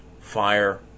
fire